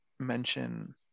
Mention